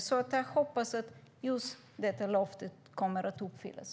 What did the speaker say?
Därför hoppas jag att just detta löfte kommer att infrias.